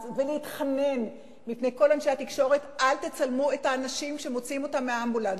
ולהתחנן בפני כל אנשי התקשורת: אל תצלמו את האנשים שמוציאים מהאמבולנס.